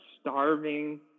starving